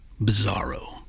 Bizarro